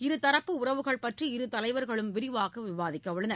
இருதரப்பு உறவுகள் பற்றி இரு தலைவர்களும் விரிவாக விவாதிக்கவுள்ளனர்